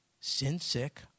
sin-sick